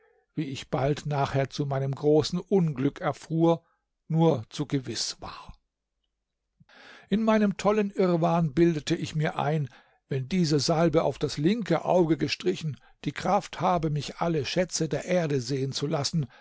wie ich bald nachher zu meinem großen unglück erfuhr nur zu gewiß war in meinem tollen irrwahn bildete ich mir ein wenn diese salbe auf das linke auge gestrichen die kraft habe mich alle schätze der erde sehen zu lassen